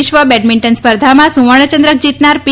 વિશ્વ બેડમિન્ટન સ્પર્ધામાં સુવર્ણ ચંદ્રક જીતનાર પી